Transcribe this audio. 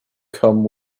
come